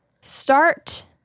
start